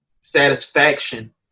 satisfaction